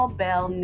bell